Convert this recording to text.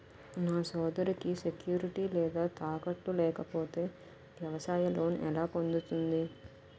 నా సోదరికి సెక్యూరిటీ లేదా తాకట్టు లేకపోతే వ్యవసాయ లోన్ ఎలా పొందుతుంది?